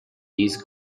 these